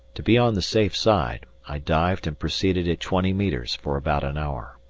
to be on the safe side, i dived and proceeded at twenty metres for about an hour.